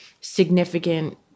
significant